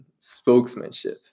spokesmanship